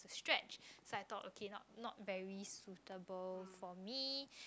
stretch so I thought okay not not very suitable for me